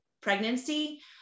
pregnancy